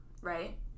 right